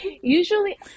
Usually